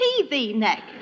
TV-neck